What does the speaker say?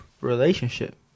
relationship